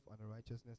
unrighteousness